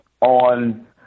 on